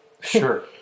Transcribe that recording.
Sure